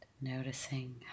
noticing